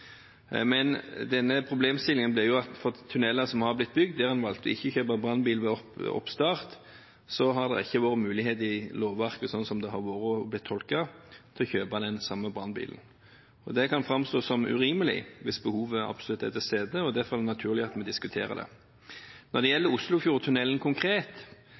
Men denne problemstillingen blir jo at for tunneler som har blitt bygd, der en valgte ikke å kjøpe brannbil ved oppstart, har det ikke vært mulighet i lovverket, slik det har blitt tolket, til å kjøpe den samme brannbilen. Det kan framstå som urimelig hvis behovet absolutt er til stede, og derfor er det naturlig at vi diskuterer det. Når det gjelder Oslofjordtunnelen, konkret,